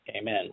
Amen